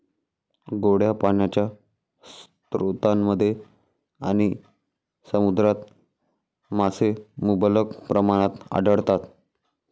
गोड्या पाण्याच्या स्रोतांमध्ये आणि समुद्रात मासे मुबलक प्रमाणात आढळतात